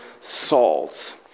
salt